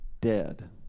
dead